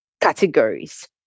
categories